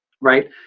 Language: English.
right